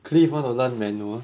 cliff want to learn manual